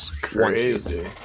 crazy